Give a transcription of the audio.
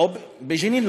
או בג'נין.